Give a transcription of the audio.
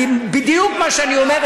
בדיוק מה שאני אומר,